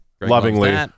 lovingly